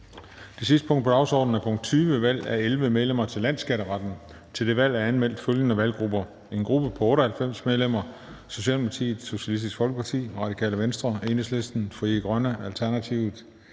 Det sidste punkt på dagsordenen er: 20) Valg af 11 medlemmer til Landsskatteretten. Kl. 19:32 Den fg. formand (Christian Juhl): Til dette valg er anmeldt følgende valggrupper: en gruppe på 98 medlemmer: Socialdemokratiet, Socialistisk Folkeparti, Radikale Venstre, Enhedslisten, Frie Grønne, Alternativet,